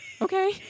okay